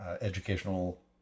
educational